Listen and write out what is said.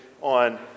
on